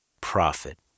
profit